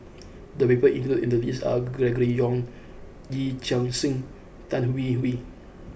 the people included in the list are Gregory Yong Yee Chia Hsing and Tan Hwee Hwee